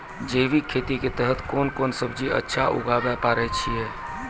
जैविक खेती के तहत कोंन कोंन सब्जी अच्छा उगावय पारे छिय?